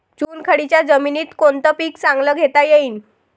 चुनखडीच्या जमीनीत कोनतं पीक चांगलं घेता येईन?